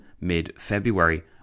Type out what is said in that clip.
mid-February